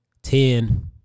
Ten